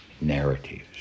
narratives